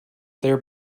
their